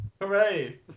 hooray